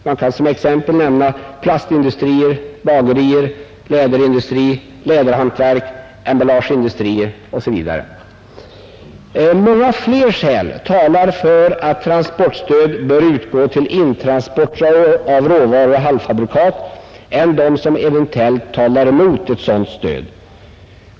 Jag kan som exempel nämna plastindustrier, bagerier, läderindustri, läderhantverk, emballageindustrier osv. Många fler skäl talar för att transportstöd bör utgå till intransporter av råvaror och halvfabrikat än dem som eventuellt talar mot ett sådant stöd.